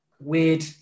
weird